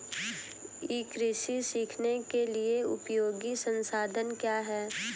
ई कृषि सीखने के लिए उपयोगी संसाधन क्या हैं?